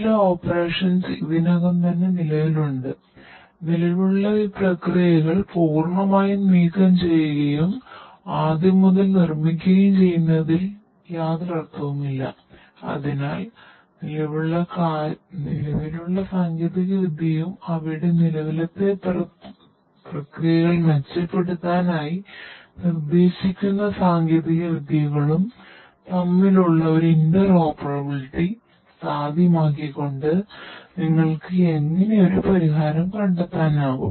ചില ഓപ്പറേഷൻസ് സാധ്യമാക്കിക്കൊണ്ടു നിങ്ങൾക്ക് എങ്ങനെ ഒരു പരിഹാരം കണ്ടെത്താനാകും